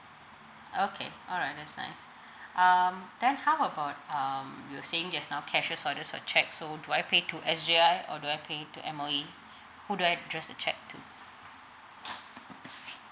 okay alright that's nice um then how about um you were saying just now cashier's orders or check so do I pay to S_J_I or do I pay to M_O_E who do I address the check to